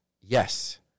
Yes